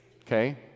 okay